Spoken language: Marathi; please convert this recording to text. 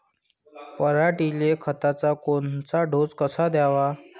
पऱ्हाटीले खताचा कोनचा डोस कवा द्याव?